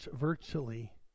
virtually